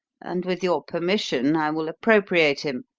and with your permission i will appropriate him,